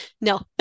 No